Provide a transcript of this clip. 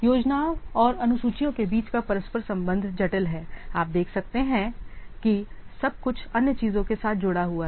योजनाओं और अनुसूचियों के बीच का परस्पर संबंध जटिल है आप देख सकते हैं कि सब कुछ अन्य चीजों के साथ जुड़ा हुआ है